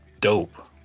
dope